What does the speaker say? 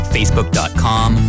Facebook.com